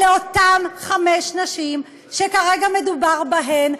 אלה אותן חמש נשים שכרגע מדובר בהן,